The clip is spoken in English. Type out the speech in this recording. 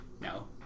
no